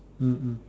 mmhmm